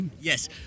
Yes